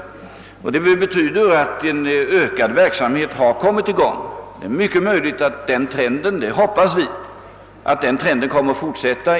Detta betyder sålunda att en ökad verksamhet har kommit i gång. Vi hoppas att den trenden kommer att fortsätta.